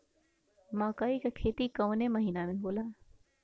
मकई क खेती कवने महीना में होला?